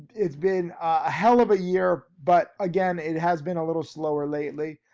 it's been a hell of a year, but again, it has been a little slower lately.